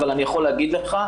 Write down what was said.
אני יכול להגיד לך,